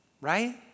right